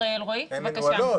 הן מנוהלות,